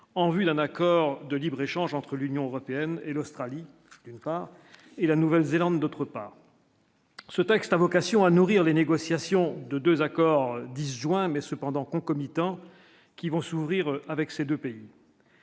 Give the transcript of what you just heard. en vue d'un accord de libre-échange entre l'Union européenne et l'Australie et la Nouvelle-Zélande, d'autre part. Ce texte a vocation à nourrir les négociations de 2 accords disjoints mais cependant concomitants qui vont s'ouvrir avec ces 2 pays,